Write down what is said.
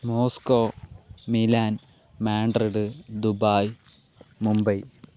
Moscow Milan Madrid Dubai Mumbai